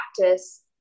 practice